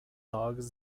dogs